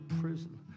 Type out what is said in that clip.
prison